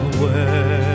words